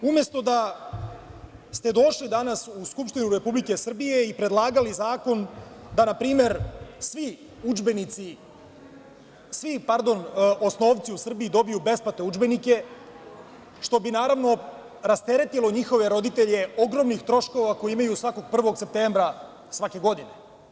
Umesto da ste došli danas u Skupštinu Republike Srbije i predlagali zakon, da na primer svi osnovci u Srbiji dobiju besplatne udžbenike, što bi rasteretilo njihove roditelje ogromnih troškova koji imaju svakog 1. septembra i svake godine.